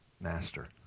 master